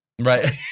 right